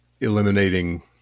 eliminating